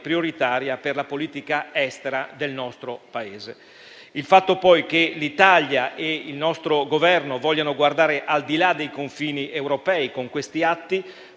prioritaria per la politica estera del nostro Paese. Il fatto poi che l'Italia e il nostro Governo vogliano guardare al di là dei confini europei con questi atti